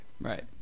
Right